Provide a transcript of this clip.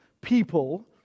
people